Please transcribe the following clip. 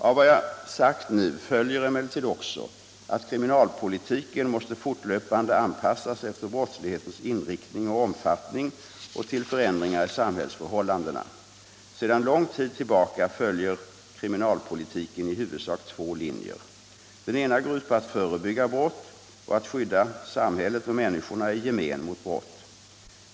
Av vad jag nu har sagt följer emellertid också att kriminalpolitiken måste fortlöpande anpassas till brottslighetens inriktning och omfattning och till förändringar i samhällsförhållandena. Sedan lång tid tillbaka följer kriminalpolitiken i huvudsak två linjer. Den ena går ut på att förebygga brott och att skydda samhället och människorna i gemen mot brott.